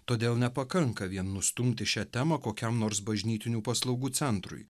todėl nepakanka vien nustumti šią temą kokiam nors bažnytinių paslaugų centrui